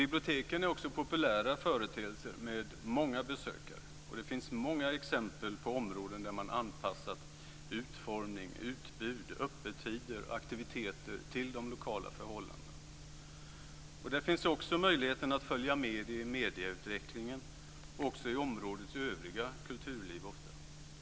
Biblioteken är också populära företeelser med många besökare, och det finns många exempel på områden där man anpassat utformning, utbud, öppettider och aktiviteter till de lokala förhållandena. Där finns också möjligheten att följa med i medieutvecklingen och ofta också i områdets övriga kulturliv.